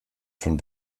von